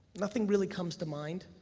nothing really comes to mind.